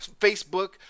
facebook